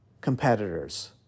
competitors